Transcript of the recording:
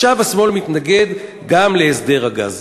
עכשיו השמאל מתנגד גם להסדר הגז.